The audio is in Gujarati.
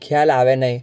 ખ્યાલ આવે નહીં